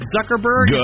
Zuckerberg